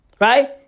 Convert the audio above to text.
Right